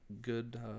good